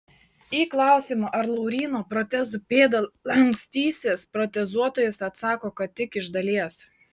į klausimą ar lauryno protezų pėda lankstysis protezuotojas atsako kad tik iš dalies